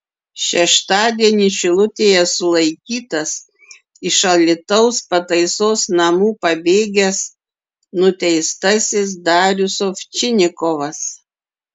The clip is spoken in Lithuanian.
šeštadienį šilutėje sulaikytas iš alytaus pataisos namų pabėgęs nuteistasis darius ovčinikovas